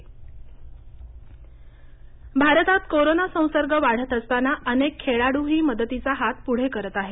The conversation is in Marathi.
खेळाड मदत भारतात कोरोना संसर्ग वाढत असताना अनेक खेळाडूही मदतीचा हात पुढे करत आहेत